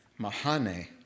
Mahane